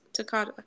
Takada